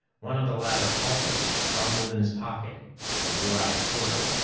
one of the latter halted, fumbled in his pocket and drew out a quarter.